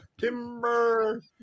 Timber